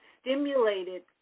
stimulated